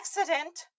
accident